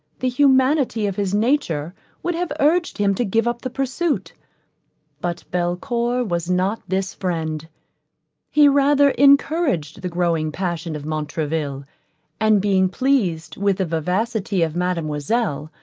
the humanity of his nature would have urged him to give up the pursuit but belcour was not this friend he rather encouraged the growing passion of montraville and being pleased with the vivacity of mademoiselle,